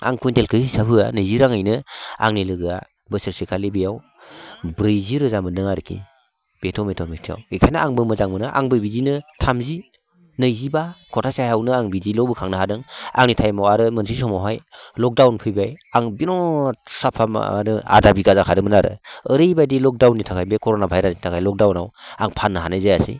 आं कुविइन्टेलखौ हिसाब होया नैजि राङैनो आंनि लोगोआ बोसोरसेखालि बेयाव ब्रैजि रोजा मोन्दों आरोकि बे टमेट' मैगंआव बेनिखायनो आंबो मोजां मोनो आंबो बिदिनो थामजि नैजिबा खथासे हायावनो आं बिदिल' बोखांनो हादों आंनि थाइमआव आरो मोनसे समावहाय लकडाउन फैबाय आं बिरात साफा मा होनो आधा बिगा जागाखादोंमोन आरो ओरैबायदि लकडाउननि थाखाय बे कर'ना भाइरासनि थाखाय लकडाउनआव आं फाननो हानाय जायासै